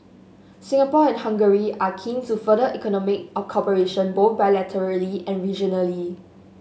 Singapore and Hungary are keen to further economic cooperation both bilaterally and regionally